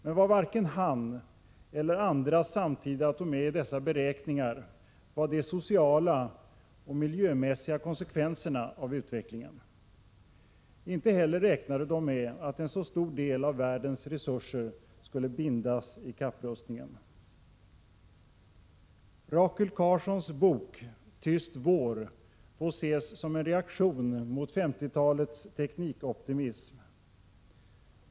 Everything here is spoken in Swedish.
Men vad varken han eller andra samtida tog med i dessa beräkningar var de sociala och miljömässiga konsekvenserna av utvecklingen. Inte heller räknade de med att en så stor del av världens resurser skulle bindas i kapprustningen. Rachel Carsons bok Tyst vår får ses som en reaktion mot 1950-talets teknikoptimism.